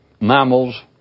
mammals